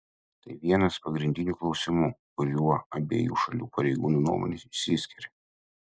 tai vienas pagrindinių klausimų kuriuo abiejų šalių pareigūnų nuomonės išsiskiria